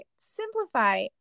simplify